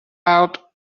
out